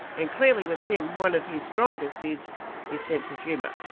and clearly with tim, one of his strongest is his sense of humour.